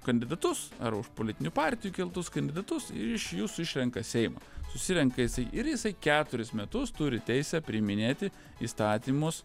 kandidatus ar už politinių partijų keltus kandidatus iš jūsų išrenka seimą susirenka jisai ir jisai keturis metus turi teisę priiminėti įstatymus